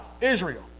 Israel